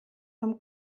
vom